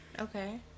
Okay